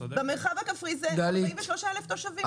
במרחב הכפרי זה 43,000 תושבים.